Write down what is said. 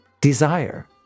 desire